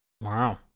Wow